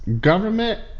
Government